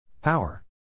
Power